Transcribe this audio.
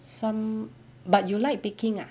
some but you like baking ah